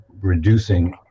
reducing